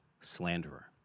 slanderer